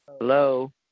Hello